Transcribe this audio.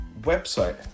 website